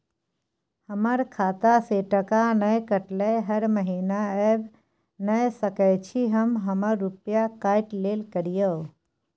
हमर खाता से टका नय कटलै हर महीना ऐब नय सकै छी हम हमर रुपिया काइट लेल करियौ?